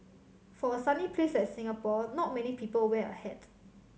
for a sunny place like Singapore not many people wear a hat